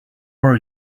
were